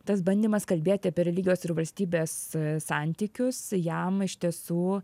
tas bandymas kalbėt apie religijos ir valstybės santykius jam iš tiesų